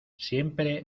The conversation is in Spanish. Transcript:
siempre